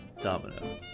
domino